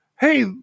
hey